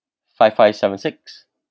five five seven six